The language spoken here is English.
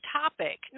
topic